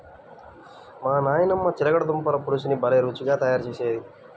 మా నాయనమ్మ చిలకడ దుంపల పులుసుని భలే రుచిగా తయారు చేసేది